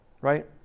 right